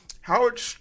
Howard